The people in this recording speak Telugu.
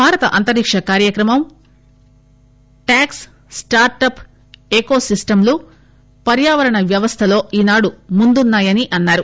భారత అంతరిక్ష కార్యక్రమం టాక్స్ స్టార్ట్ అప్ ఎకో సిస్టమ్ లు పర్యావరణ వ్యవస్థ లో ఈనాడు ముందున్సాయని అన్సారు